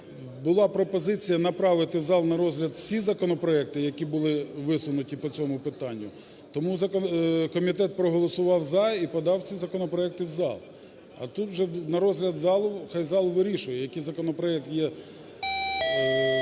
Була пропозиція направити в зал на розгляд всі законопроекти, які були висунуті по цьому питанню. Тому комітет проголосував "за" і подав ці законопроекти в зал. А тут вже на розгляд залу, нехай зал вирішує, який законопроект є